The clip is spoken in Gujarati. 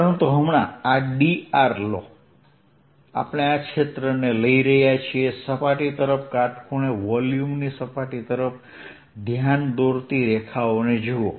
પરંતુ હમણાં આ dr લો આપણે આ ક્ષેત્રને લઈ જઈ રહ્યા છીએ સપાટી તરફ કાટખૂણે વોલ્યુમની સપાટી તરફ ધ્યાન દોરતી રેખાઓ જુઓ